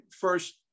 first